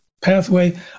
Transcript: pathway